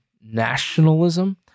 nationalism